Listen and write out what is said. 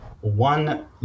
one